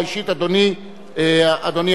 אדוני השר,